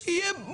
תודה רבה.